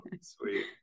Sweet